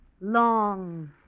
Long